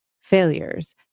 failures